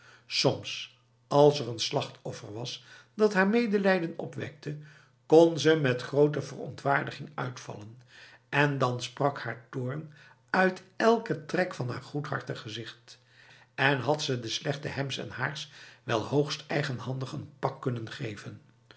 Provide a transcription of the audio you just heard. soms als er een slachtoffer was dat haar medelijden opwekte kon ze met grote verontwaardiging uitvallen en dan sprak haar toorn uit elke trek van haar goedhartig gezicht dan had ze de slechte hem's en haar's wel hoogst eigenhandig een pak kunnen geven